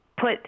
put